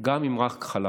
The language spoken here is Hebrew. גם אם רק חלפת.